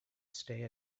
stay